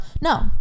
No